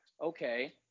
okay